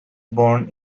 born